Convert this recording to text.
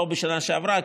לא בשנה שעברה,